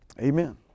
Amen